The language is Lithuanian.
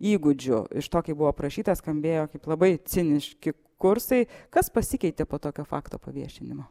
įgūdžių iš to kaip buvo aprašyta skambėjo kaip labai ciniški kursai kas pasikeitė po tokio fakto paviešinimo